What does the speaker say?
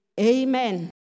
Amen